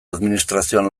administrazioan